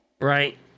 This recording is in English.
Right